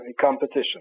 competition